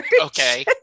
Okay